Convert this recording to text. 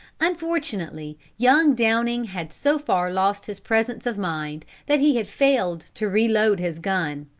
unfortunately young downing had so far lost his presence of mind, that he had failed to reload his gun.